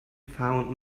found